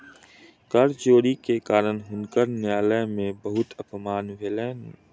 कर चोरी के कारण हुनकर न्यायालय में बहुत अपमान भेलैन